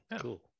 Cool